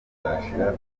izashira